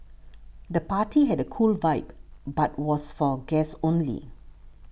the party had a cool vibe but was for guests only